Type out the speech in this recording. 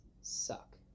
suck